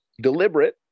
deliberate